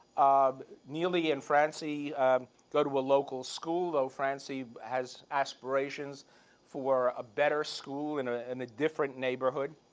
um neeley and francie go to a local school, though francie has aspirations for a better school in ah and a different neighborhood.